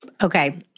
Okay